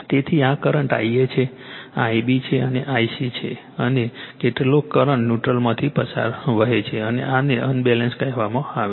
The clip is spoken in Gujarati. તેથી આ કરંટ Ia છે આ Ib છે Ic છે અને કેટલોક કરંટ ન્યુટ્રલમાંથી વહે છે અને આને અનબેલેન્સ કહેવામાં આવે છે